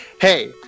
Hey